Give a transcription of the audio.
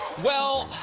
well,